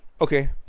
Okay